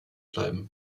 bleiben